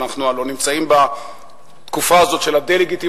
אנחנו הלוא נמצאים בתקופה הזאת של הדה-לגיטימציה,